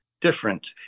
different